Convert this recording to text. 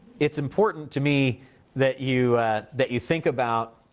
it's important to me that you that you think about,